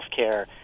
healthcare